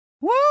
Woo